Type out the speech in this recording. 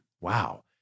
Wow